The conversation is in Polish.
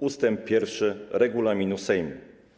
ust. 1 regulaminu Sejmu.